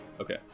Okay